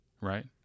right